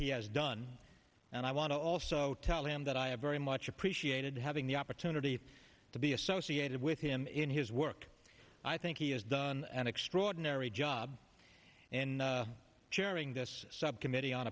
he has done and i want to also tell him that i have very much appreciated having the opportunity to be associated with him in his work i think he has done an extraordinary job in chairing this subcommittee on